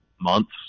months